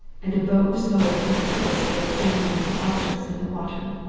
and a boat was lowered for the purpose of examining the objects in the water.